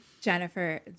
Jennifer